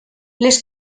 les